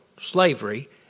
slavery